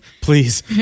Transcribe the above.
Please